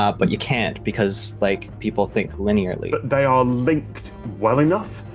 ah but you can't. because, like people think linearly. but they are linked well enough,